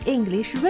English